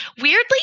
Weirdly